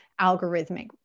algorithmic